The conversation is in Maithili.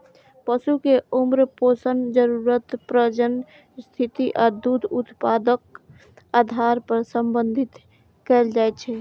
पशु कें उम्र, पोषण जरूरत, प्रजनन स्थिति आ दूध उत्पादनक आधार पर प्रबंधित कैल जाइ छै